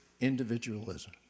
individualism